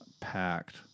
Packed